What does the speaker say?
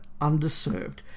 underserved